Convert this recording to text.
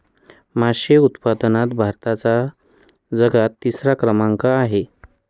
मासे उत्पादनात भारताचा जगात तिसरा क्रमांक आहे